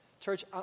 Church